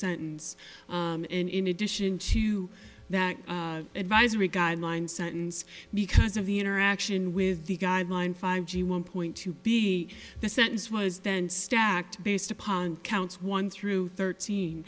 sentence in addition to that advisory guideline sentence because of the interaction with the guideline five g one point to be the sentence was then stacked based upon counts one through thirteen